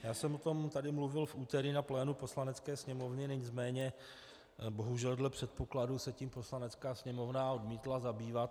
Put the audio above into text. Já jsem o tom tady mluvil na plénu Poslanecké sněmovny, nicméně bohužel dle předpokladu se tímto bodem Poslanecká sněmovna odmítla zabývat.